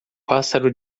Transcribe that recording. pássaro